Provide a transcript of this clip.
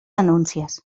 denúncies